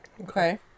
Okay